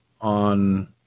on